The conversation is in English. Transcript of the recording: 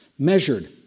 measured